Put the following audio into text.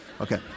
Okay